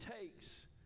takes